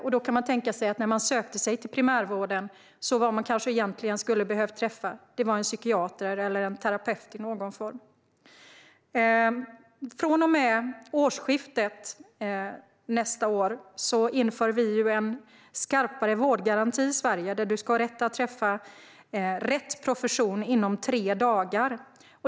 Man kan tänka sig att personen egentligen skulle ha behövt träffa en psykiater eller en terapeut i någon form när den sökte sig till primärvården. Från och med nästa årsskifte inför vi en skarpare vårdgaranti i Sverige. Man ska ha rätt att få träffa rätt profession inom tre dagar.